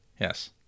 yes